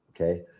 okay